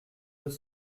deux